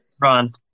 Ron